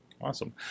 Awesome